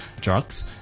drugs